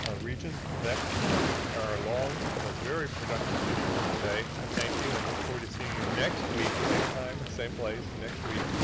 ah regents, that concludes our long but very productive meeting for the day. i thank you and look forward to seeing you next week, same time, same place, next week,